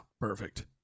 perfect